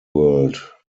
world